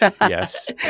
Yes